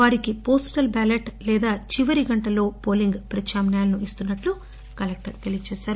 వారికి postal ballot లేదా చివరి గంటల్లో పోలింగ్ ప్రత్యామ్నా యాలను ఇస్తామని కలెక్టర్ తెలియచేశారు